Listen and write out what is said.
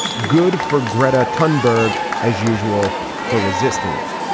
good for gretta ton berg as usual for resisting it.